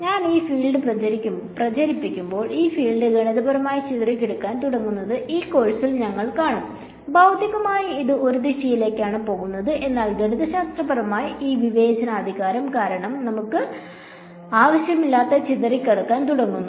ഞാൻ ഈ ഫീൽഡ് പ്രചരിപ്പിക്കുമ്പോൾ ഈ ഫീൽഡ് ഗണിതപരമായി ചിതറിക്കിടക്കാൻ തുടങ്ങുന്നത് ഈ കോഴ്സിൽ ഞങ്ങൾ കാണും ഭൌതികമായി അത് ഒരു ദിശയിലേക്കാണ് പോകുന്നത് എന്നാൽ ഗണിതശാസ്ത്രപരമായി ഈ വിവേചനാധികാരം കാരണം അത് നമുക്ക് ആവശ്യമില്ലാത്ത ചിതറിക്കിടക്കാൻ തുടങ്ങുന്നു